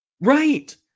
right